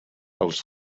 els